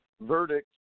Verdict